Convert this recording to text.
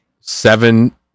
Seven